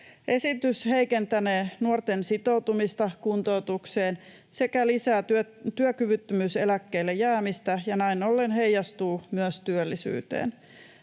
Esitys heikentänee nuorten sitoutumista kuntoutukseen sekä lisää työkyvyttömyyseläkkeelle jäämistä ja näin ollen heijastuu myös työllisyyteen.